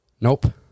Nope